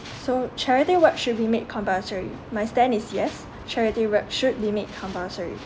so charity work should be made compulsory my stand is yes charity work should be made compulsory